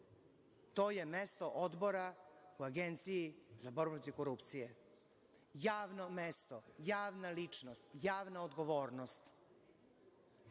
To je mesto odbora u Agenciji za borbu protiv korupcije. Javno mesto, javna ličnosti, javna odgovornost.